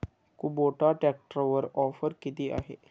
Kubota ट्रॅक्टरवर offer किती आहे?